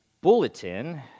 bulletin